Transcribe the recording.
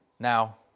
Now